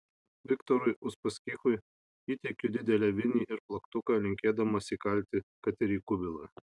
viktorui uspaskichui įteikiu didelę vinį ir plaktuką linkėdamas įkalti kad ir į kubilą